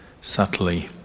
subtly